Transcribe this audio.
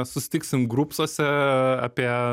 susitiksim grupsuose apie